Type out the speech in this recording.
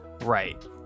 Right